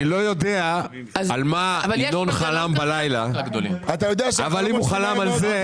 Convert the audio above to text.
אני לא יודע על מה ינון חלם בלילה אבל אם הוא חלם על זה,